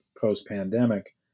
post-pandemic